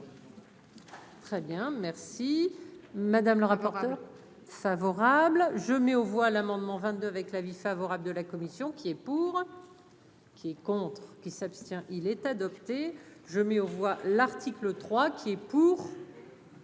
Très bien, merci madame le rapporteur favorable je mets aux voix l'amendement 22 avec l'avis favorable de la commission. Qui est pour, qui contre qui s'abstient, il est adopté, je mets aux voix, l'article 3 qui est pour.